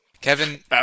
Kevin